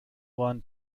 won